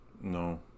No